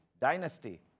dynasty